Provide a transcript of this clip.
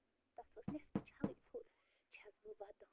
تتھ ؤژھ نٮ۪صفہٕ چھلٕے تھوٚد چھَس بہٕ ودان